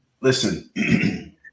listen